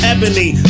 Ebony